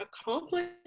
accomplish